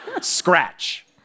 scratch